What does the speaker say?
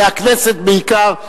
והכנסת בעיקר,